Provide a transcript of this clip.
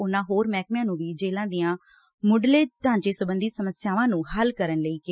ਉਨੂਾ ਹੋਰ ਮਹਿਕਮਿਆ ਨੂੰ ਵੀ ਜੇਲਾਂ ਦੀਆਂ ਮੁੱਢਲੇ ਢਾਂਚੇ ਸਬੰਧੀ ਸਮੱਸਿਆਵਾਂ ਨੂੰ ਹੱਲ ਕਰਨ ਲਈ ਕਿਹਾ